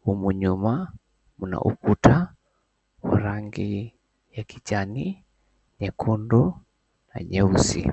Humu nyuma kuna ukuta ya kijani, nyekundu na nyeusi.